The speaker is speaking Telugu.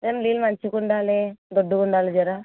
మేడం నీళ్ళు మంచిగుండాలి దొడ్డు గుండాలి జరా